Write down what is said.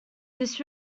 this